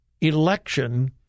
election